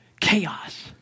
chaos